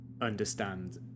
understand